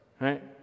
right